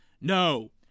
No